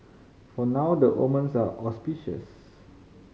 for now the omens are auspicious